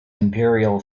imperial